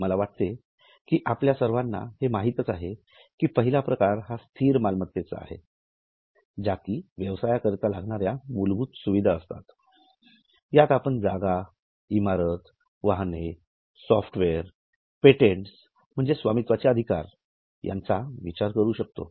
मला वाटते की आपल्याला हे सर्व माहितच आहे कि पहिला प्रकार हा स्थिर मालमत्तेचा आहे ज्या कि व्यवसाया करता लागणाऱ्या मूलभूत सुविधा असतात यात आपण जागा इमारत वाहने सॉफ्टवेअर पेटंट्स म्हणजे स्वामित्वाचे अधिकार याचा विचार करू शकतो